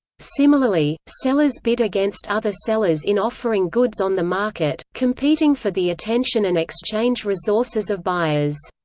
similarly, sellers bid against other sellers in offering goods on the market, competing for the attention and exchange resources of buyers.